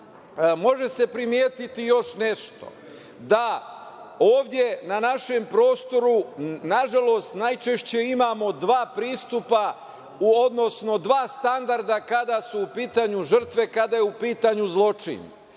može se primetiti još nešto, da ovde na našem prostoru nažalost najčešće imamo dva pristupa, odnosno dva standarda kada su u pitanju žrtve, kada je u pitanju zločin.